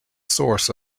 source